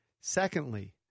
Secondly